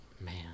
Man